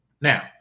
Now